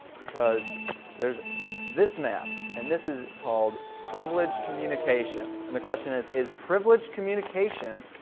because there's this map. and this is called privileged communication and the question is is privileged communication.